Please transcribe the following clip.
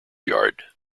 yard